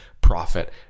profit